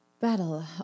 Battle